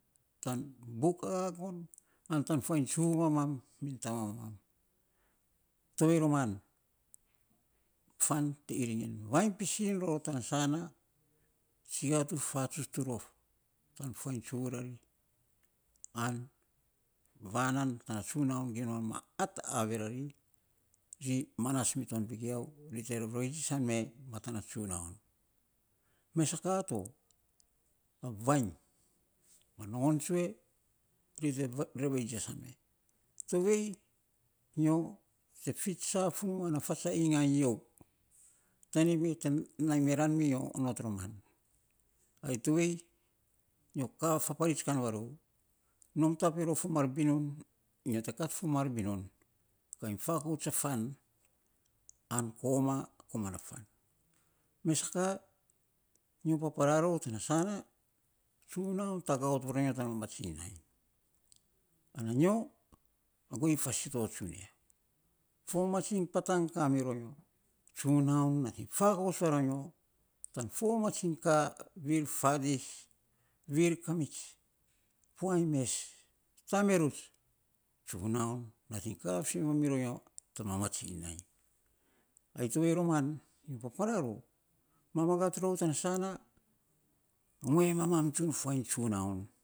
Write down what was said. Tan buk agagon an tan faainy tsuvu mamam an men tamamam, tovei roman fan te iring en vainy pisin ror tana sana tsikia tu fifatsuts ta rof tan fuainy tsuvu rari, an vanan nan tsunaun gim ror ma ata koma rari, ri manats mi ton vegiau ri te rorosian me matan na tsunaun, mes sa ka to vainy ma nogon tsue ri te revei tsesan me tovei nyo te fits safunuu ana rats a igain yio, tanik me tan nai te meran mi nyo, ai tovei nyo, ka faparits korei na rou, notap iny rou a fo mar binun, kain fakouts a fan, an koma koma na fan, mes a ka nyo papara rou tana sana tsunaun taga ot iny varonyo tan mamatsiny nai, ana nyo a guei fasito tsunia fo mamatsiny patang nating kamiro nyo tan fo mamatsiny vi fadis, vir kamits fuaniny mes tame ruts, tsunaun nating ka fisen vamiro inyo tan mamatsiny ai tovei roman, papara rou mamagat rou tana sana nge mamam tsun funiny tsunaun.